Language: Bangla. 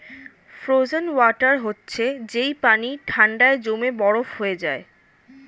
ফ্রোজেন ওয়াটার হচ্ছে যেই পানি ঠান্ডায় জমে বরফ হয়ে যায়